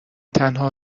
تنها